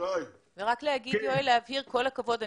להבהיר יואל, כל הכבוד.